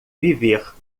viver